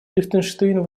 лихтенштейн